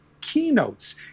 keynotes